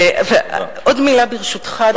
ועוד מלה, ברשותך.